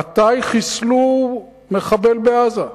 מתי חיסלו מחבל בעזה?